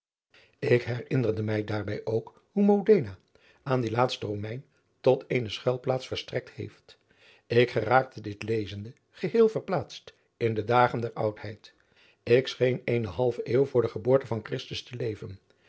ik herinnerde mij daarbij ook hoe modena aan dien laatsten romein tot eene schuilplaats verstrekt heeft ik geraakte dit lezende geheel verplaatst in de dagen der oudheid ik scheen eene halve eeuw voor de geboorte van christus te leven